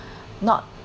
not